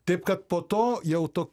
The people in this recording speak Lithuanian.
taip kad po to jau tu